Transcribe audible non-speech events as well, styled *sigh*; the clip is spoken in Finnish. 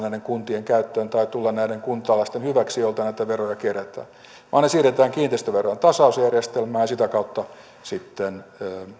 *unintelligible* näiden kuntien käyttöön tai tule näiden kuntalaisten hyväksi joilta näitä veroja kerätään vaan ne siirretään kiinteistöveron tasausjärjestelmään ja sitä kautta sitten